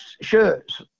shirts